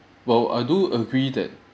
while I do agree that